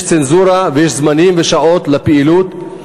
יש צנזורה, ויש זמנים ושעות לפעילות.